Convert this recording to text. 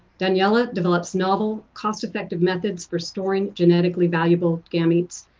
daniela develops novel, cost-effective methods for storing genetically valuable gametes.